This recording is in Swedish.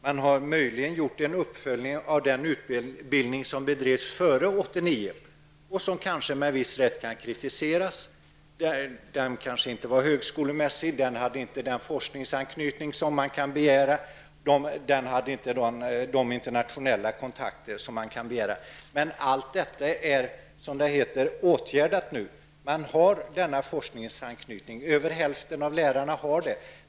Man har möjligen gjort en uppföljning av den utbildning som bedrevs före 1989 och som kanske med viss rätt kan kritiseras: Den kanske inte var högskolemässig, den hade inte den forskningsanknytning som man kan begära, den hade inte de internationella kontakter som man kan begära. Men allt detta är nu, som det heter, åtgärdat. Man har forskningsanknytning -- över hälften av lärarna har det.